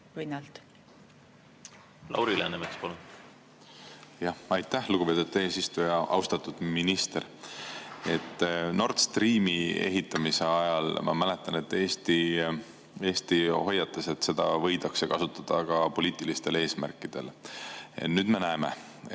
palun! Lauri Läänemets, palun! Aitäh, lugupeetud eesistuja! Austatud minister! Nord Streami ehitamise ajal, ma mäletan, Eesti hoiatas, et seda võidakse kasutada ka poliitilistel eesmärkidel. Nüüd me näeme,